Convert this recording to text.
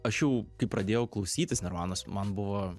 aš jau kai pradėjau klausytis nirvanos man buvo